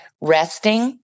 resting